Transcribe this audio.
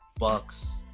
Bucks